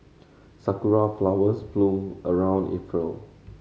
sakura flowers bloom around April